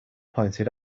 pointed